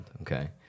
okay